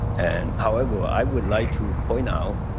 and however, i would like to point out,